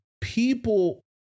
people